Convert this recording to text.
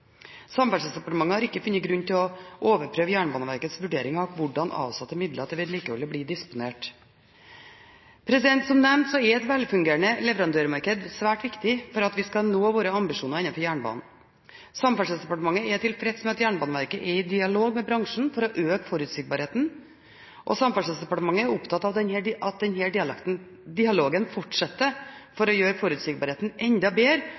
Samferdselsdepartementet har ikke funnet grunn til å overprøve Jernbaneverkets vurdering av hvordan avsatte midler til vedlikeholdet blir disponert. Som nevnt er et velfungerende leverandørmarked svært viktig for at vi skal nå våre ambisjoner innenfor jernbanen. Samferdselsdepartementet er tilfreds med at Jernbaneverket er i dialog med bransjen for å øke forutsigbarheten. Samferdselsdepartementet er opptatt av at denne dialogen fortsetter for å gjøre forutsigbarheten enda bedre og for å stimulere til at